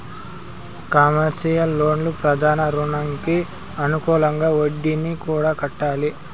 commercial లోన్లు ప్రధాన రుణంకి అనుకూలంగా వడ్డీని కూడా కట్టాలి